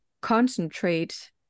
concentrate